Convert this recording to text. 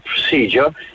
procedure